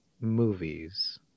movies